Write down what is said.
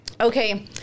Okay